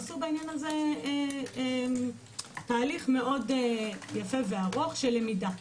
עשו בעניין הזה תהליך מאוד יפה וארוך של למידה.